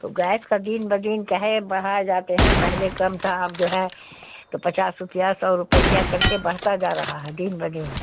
تو گیس کا دن بہ دن کاہے برھائے جاتے ہیں پہلے کم تھا اب جو ہے تو پچاس روپیہ سو روپیہ کر کے برھتا جا رہا ہے دن بہ دن